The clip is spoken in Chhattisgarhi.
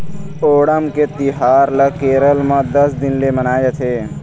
ओणम के तिहार ल केरल म दस दिन ले मनाए जाथे